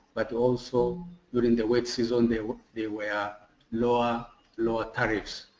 but also during the wet season they were they were lower lower tariffs.